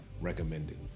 recommended